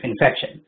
infection